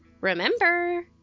remember